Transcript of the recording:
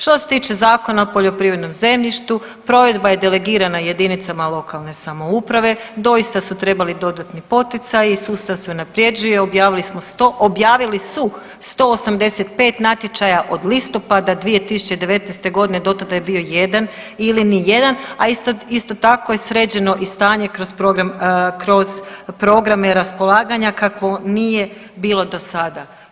Što se tiče Zakona o poljoprivrednom zemljištu provedba je delegirana jedinicama lokalne samouprave, doista su trebali dodatni poticaji i sustav se unaprjeđuje, objavili smo, objavili su 185 natječaja od listopada 2019., do tada je bio jedan ili nijedan, a isto tako je sređeno i stanje kroz program, kroz programe raspolaganja kakvo nije bilo dosada.